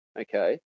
Okay